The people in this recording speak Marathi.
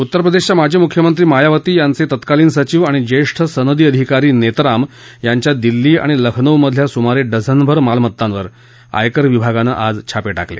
उत्तर प्रदेशच्या माजी मुख्यमंत्री मायावती यांचे तत्कालीन सचीव आणि ज्येष्ठ सनदी अधिकारी नेतराम यांच्या दिल्ली आणि लखनौमधल्या सुमारे डझनभर मालमत्तांवर आयकर विभागानं आज छापे केले